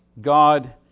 God